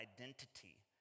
identity